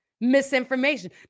misinformation